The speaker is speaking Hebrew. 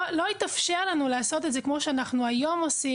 לא יתאפשר לנו לעשות את זה כמו שאנחנו עושים היום,